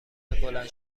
بلند